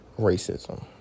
racism